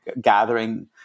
gathering